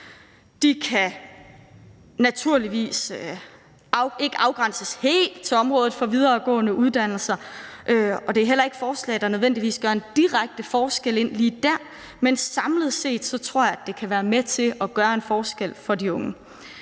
De kan naturligvis ikke afgrænses helt til området for videregående uddannelser, og det er heller ikke forslag, der nødvendigvis gør en direkte forskel lige der, men samlet set tror jeg at det kan være med til at gøre en forskel for de unge.